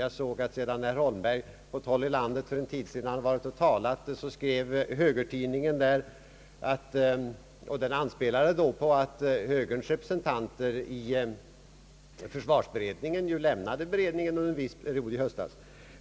För en tid sedan talade herr Holmberg på en plats ute i landet, och högertidningen där anspelade då på att högerns representanter i försvarsutredningen lämnade utredningen under en viss period i höstas.